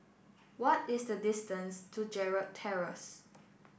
what is the distance to Gerald Terrace